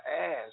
ass